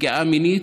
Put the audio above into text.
נפגע פגיעה מינית,